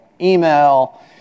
email